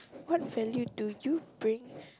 what value do you bring